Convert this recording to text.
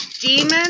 Demon